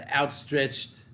outstretched